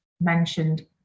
mentioned